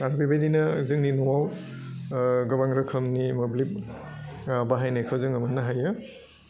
आं बेबायदिनो जोंनि न'वाव ओह गोबां रोखोमनि मोब्लिब ओह बाहायनायखौ जोङो मोन्नो हायो